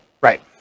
right